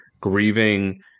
grieving